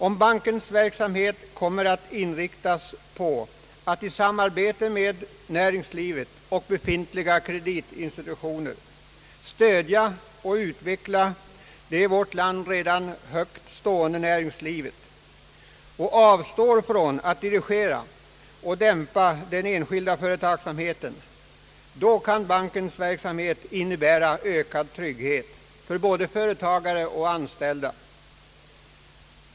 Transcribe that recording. Om bankens verksamhet kommer att inriktas på att i samarbete med näringslivet och befintliga kreditinstitutioner stimulera, stödja och utveckla det i vårt land redan högt stående näringslivet och om banken avstår från att dirigera och dämpa den enskilda företagsamheten, kan bankens verksamhet innebära ökad trygghet för både företagare och anställda.